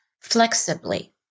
flexibly